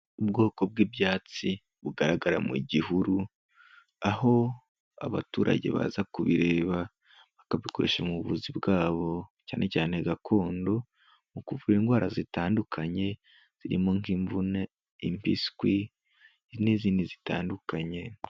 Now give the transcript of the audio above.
Ubwoko bw'ibyatsi bugaragara mu gihuru, aho abaturage baza kubireba bakabikoresha mu buvuzi bwabo cyane cyane gakondo mu kuvura indwara zitandukanye zirimo nk'imvune, impiswi n'izindi zitandukanye.